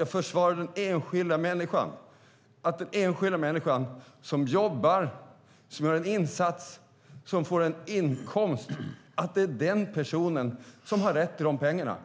Jag försvarar den enskilda människan och att den enskilda människan som jobbar, som gör en insats, som får en inkomst, är den som har rätt till dessa pengar,